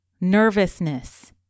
nervousness